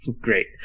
Great